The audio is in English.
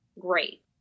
great